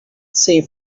same